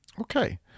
Okay